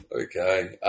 Okay